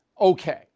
Okay